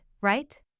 right